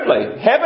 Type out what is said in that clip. Heaven